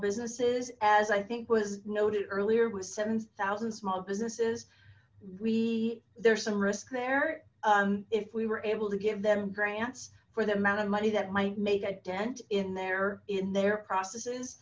businesses as i think was noted earlier with seven zero small businesses we there's some risk there if we were able to give them grants for the amount of money that might make a dent in their in their processes